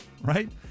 right